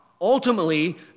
Ultimately